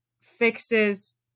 fixes